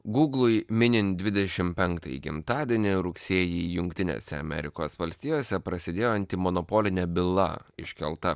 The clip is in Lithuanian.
guglui minint dvidešim penktąjį gimtadienį rugsėjį jungtinėse amerikos valstijose prasidėjo antimonopolinė byla iškelta